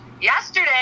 yesterday